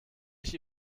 ich